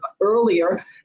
earlier